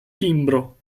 timbro